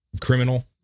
criminal